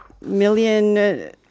million